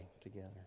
together